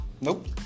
Nope